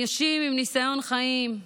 אנשים עם ניסיון חיים,